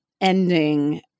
ending